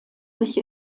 sich